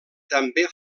també